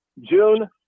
June